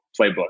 playbook